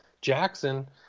Jackson